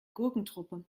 gurkentruppe